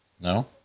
No